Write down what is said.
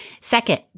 Second